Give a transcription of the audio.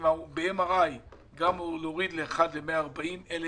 ב-MRI גם להוריד לאחד ל-140,000,